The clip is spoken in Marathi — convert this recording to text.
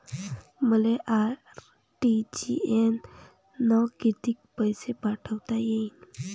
मले आर.टी.जी.एस न कितीक पैसे पाठवता येईन?